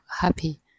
happy